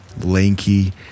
lanky